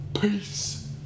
Peace